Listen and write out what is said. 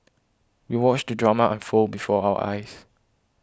we watched the drama unfold before our eyes